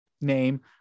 name